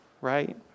right